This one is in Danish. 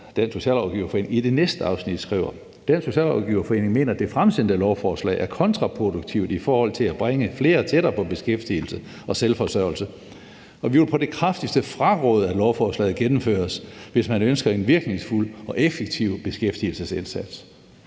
»Dansk Socialrådgiverforening mener, at det fremsendte lovforslag er kontraproduktivt i forhold til at bringe flere tættere på beskæftigelse og selvforsørgelse. Vi vil på det kraftigste fraråde, at lovforslaget gennemføres, hvis man ønsker en virkningsfuld og effektiv beskæftigelsesindsats.«